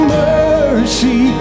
mercy